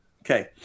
Okay